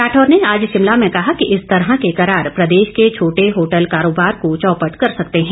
राठौर ने आज शिमला में कहा कि इस तरह के करार प्रदेश के छोटे होटल कारोबार को चौपट कर सकते हैं